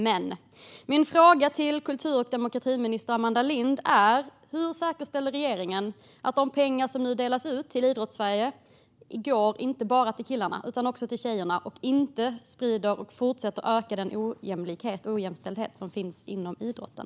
Men min fråga till kultur och demokratiminister Amanda Lind är: Hur säkerställer regeringen att de pengar som nu delas ut till Idrottssverige inte bara går till killarna utan också till tjejerna och att de inte sprider och fortsätter att öka den ojämlikhet och ojämställdhet som finns inom idrotten?